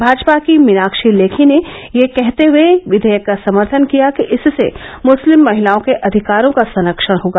भाजपा की मीनाक्षी लेखी ने यह कहते हुए विधेयक का समर्थन किया कि इससे मुस्लिम महिलाओं को अधिकारों का संरक्षण होगा